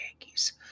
Yankees